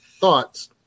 thoughts